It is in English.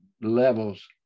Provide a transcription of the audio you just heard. levels